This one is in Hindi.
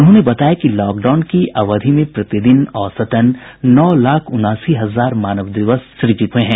उन्होंने बताया कि लॉकडाउन की अवधि में प्रतिदिन औसतन नौ लाख उनासी हजार मानव दिवस सुजित हुए हैं